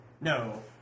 No